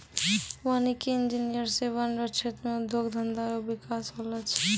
वानिकी इंजीनियर से वन रो क्षेत्र मे उद्योग धंधा रो बिकास होलो छै